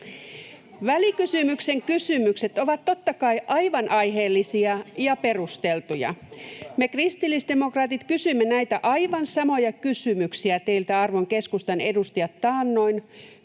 Välikysymyksen kysymykset ovat totta kai aivan aiheellisia ja perusteltuja. Me kristillisdemokraatit kysyimme näitä aivan samoja kysymyksiä taannoin teiltä, arvon keskustan edustajat, kun